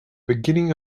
beginning